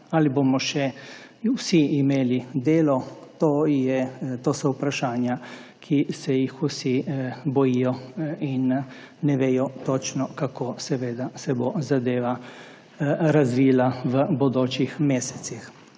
Ali bomo še vsi imeli delo? To so vprašanja, ki se jih vsi bojijo in ne vedo točno kako se bo zadeva razvila v bodočih mesecih.